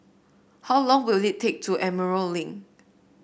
how long will it take to Emerald Link